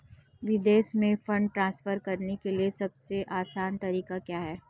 विदेश में fund transfer करने का सबसे आसान तरीका क्या है?